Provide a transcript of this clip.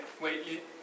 wait